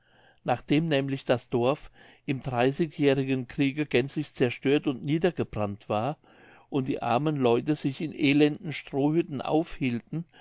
nachdem nämlich das dorf im dreißigjährigen kriege gänzlich zerstört und niedergebrannt war und die armen leute sich in elenden strohhütten aufhielten